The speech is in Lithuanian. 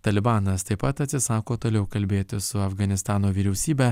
talibanas taip pat atsisako toliau kalbėtis su afganistano vyriausybe